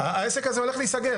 העסק הזה הולך להסגר,